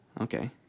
okay